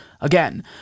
again